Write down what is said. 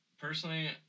Personally